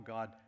God